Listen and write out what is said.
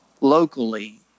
Locally